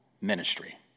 ministry